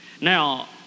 Now